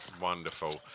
Wonderful